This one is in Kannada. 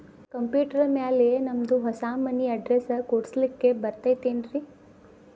ಕಂಪ್ಯೂಟರ್ ಮ್ಯಾಲೆ ನಮ್ದು ಹೊಸಾ ಮನಿ ಅಡ್ರೆಸ್ ಕುಡ್ಸ್ಲಿಕ್ಕೆ ಬರತೈತ್ರಿ?